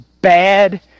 bad